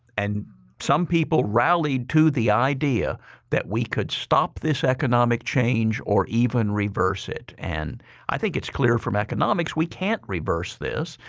and some people rallied to the idea that we could stop this economic change or even reverse it and i think it's clear from economics we can't reverse this.